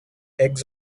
eggs